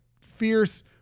fierce